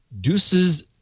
deuces